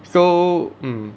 so mm